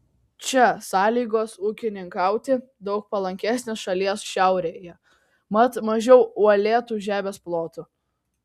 čia sąlygos ūkininkauti daug palankesnės nei šalies šiaurėje mat mažiau uolėtų žemės plotų